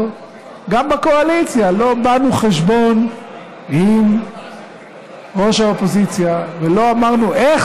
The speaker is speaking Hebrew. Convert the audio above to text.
גם בקואליציה לא באנו חשבון עם ראש האופוזיציה ולא אמרנו: איך